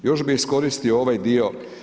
Još bih iskoristio ovaj dio.